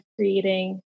creating